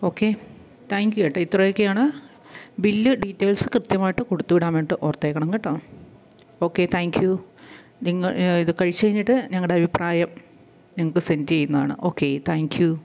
okay thank you കേട്ടൊ ഇത്രയൊക്കെയാണ് bill details കൃത്യമായിട്ട് കൊടുത്തുവിടാന്വേണ്ടിയിട്ട് ഓർത്തേക്കണം കേട്ടോ ഓക്കെ താങ്ക് യു നിങ്ങൾ ഇത് കഴിച്ചു കഴിഞ്ഞിട്ട് ഞങ്ങളുടെ അഭിപ്രായം നിങ്ങള്ക്ക് സെൻറ്റിയ്യുന്നതാണ് ഓക്കെ താങ്ക് യു